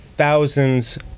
thousands